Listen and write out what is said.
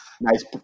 Nice